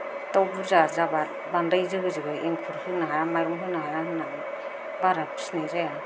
दाउ बुरजा जाबा बांद्राय जोगो जोगोहाय एंखुर होनो हाया माइरं होनो हाया होन्नानै बारा फिसिनाय जाया